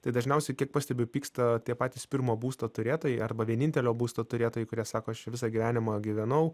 tai dažniausiai kiek pastebiu pyksta tie patys pirmo būsto turėtojai arba vienintelio būsto turėtojai kurie sako aš čia visą gyvenimą gyvenau